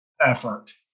effort